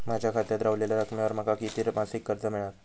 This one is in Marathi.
माझ्या खात्यात रव्हलेल्या रकमेवर माका किती मासिक कर्ज मिळात?